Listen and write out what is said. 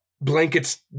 blankets